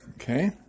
Okay